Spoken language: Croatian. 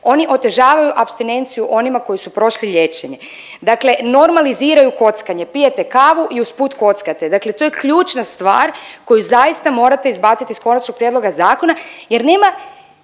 Oni otežavaju apstinenciju onima koji su prošli liječenje. Dakle, normaliziraju kockanje, pijete kavu i usput kockate, dakle to je ključna stvar koju zaista morate izbaciti iz konačnog prijedloga zakona jer nema